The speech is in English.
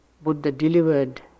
Buddha-delivered